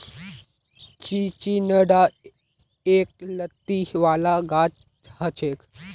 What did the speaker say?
चिचिण्डा एक लत्ती वाला गाछ हछेक